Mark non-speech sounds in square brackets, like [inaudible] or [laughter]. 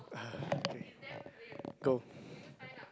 ugh okay go [breath]